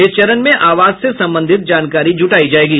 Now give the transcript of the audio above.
इस चरण में आवास से संबंधित जानकारी जुटाई जाएगी